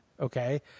okay